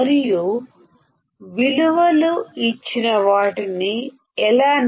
మరియు మనం వాటిని ఎలా తెలుసుకొనగలం